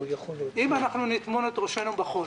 אם אנחנו נטמון את ראשנו בחול